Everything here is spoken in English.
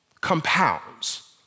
compounds